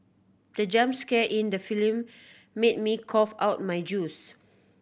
the jump scare in the film made me cough out my juice